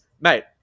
Mate